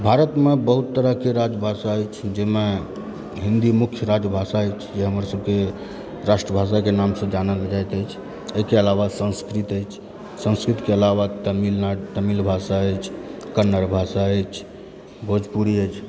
भारतमे बहुत तरहकेँ राजभाषा अछि जाहिमे हिन्दी मुख्य राजभाषा अछि जे हमर सभकेँ राष्ट्रभाषाके नाम से जानल जाइत अछि एहिके अलावा संस्कृत अछि संस्कृतके आलावा तमिल भाषा अछि कन्नड़ भाषा अछि भोजपुरी अछि